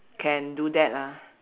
can do that ah